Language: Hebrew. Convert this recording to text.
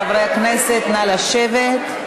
חברי הכנסת, נא לשבת.